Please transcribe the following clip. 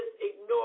ignore